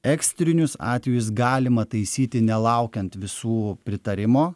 ekstrinius atvejus galima taisyti nelaukiant visų pritarimo